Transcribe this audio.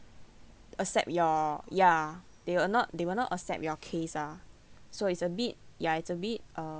accept your ya they will not they will not accept your case ah so it's a bit ya it's a bit